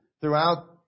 throughout